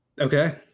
Okay